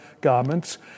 garments